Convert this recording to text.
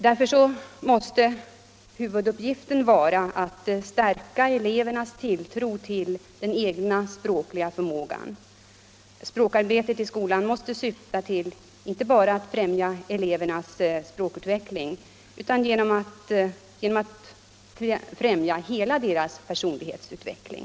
Därför måste huvuduppgiften vara att stärka elevernas tilltro till den egna språkliga förmågan. Språkarbetet i skolan måste syfta till att främja inte bara elevernas språkutveckling utan hela deras personlighetsutveckling.